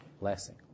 blessing